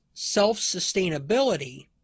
self-sustainability